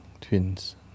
twins